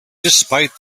despite